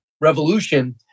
revolution